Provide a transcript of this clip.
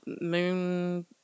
moon